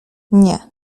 nie